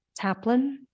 taplin